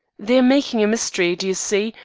they're making a mystery, d'you see,